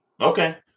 Okay